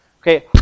Okay